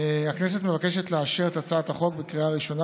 הכנסת מתבקשת לאשר את הצעת החוק בקריאה ראשונה